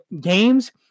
games